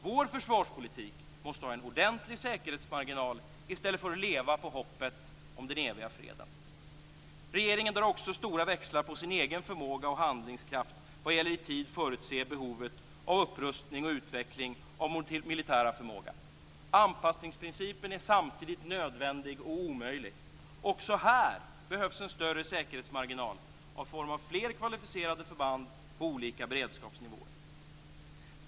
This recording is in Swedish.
Vår försvarspolitik måste ha en ordentlig säkerhetsmarginal i stället för att leva på hoppet om den eviga freden. Regeringen drar också stora växlar på sin egen förmåga och handlingskraft vad gäller att i tid förutse behovet av upprustning och utveckling av vår militära förmåga. Anpassningsprincipen är samtidigt nödvändig och omöjlig. Också här behövs en större säkerhetsmarginal i form av fler kvalificerade förband på olika beredskapsnivåer.